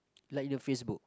like in your Facebook